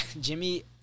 Jimmy